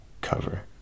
cover